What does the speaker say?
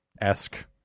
esque